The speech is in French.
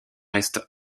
est